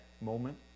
moment